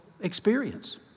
experience